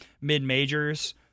mid-majors